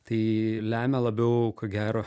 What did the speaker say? tai lemia labiau ko gero